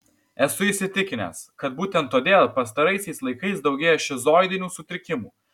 esu įsitikinęs kad būtent todėl pastaraisiais laikais daugėja šizoidinių sutrikimų